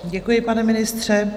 Děkuji, pane ministře.